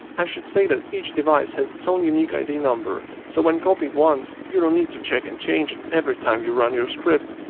i should say that each device has its own unique id number so when copied once you don't need to check and change it every time you run your script.